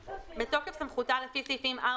בתקוף סמכותה לפי סעיפים 4,